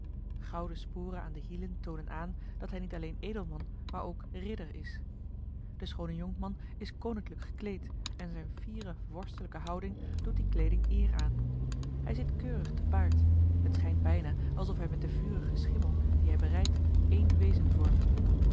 gouden sporen aan de hielen toonen aan dat hij niet alleen edelman maar ook ridder is de schoone jonkman is koninklijk gekleed en zijne fiere vorstelijke houding doet die kleeding eer aan hij zit keurig te paard het schijnt bijna alsof hij met den vurigen schimmel dien hij berijdt één wezen vormt